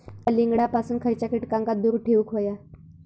कलिंगडापासून खयच्या कीटकांका दूर ठेवूक व्हया?